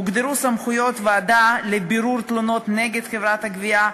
הוגדרו סמכויות ועדה לבירור תלונות נגד חברת הגבייה,